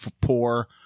poor